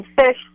fish